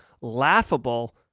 laughable